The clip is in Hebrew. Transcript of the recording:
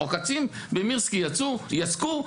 עוקצים במירסקי יצקו.